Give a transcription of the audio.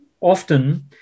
often